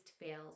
fails